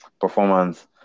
performance